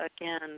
again